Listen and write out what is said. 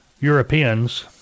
Europeans